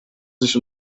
sich